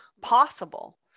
possible